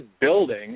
building